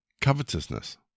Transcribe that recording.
covetousness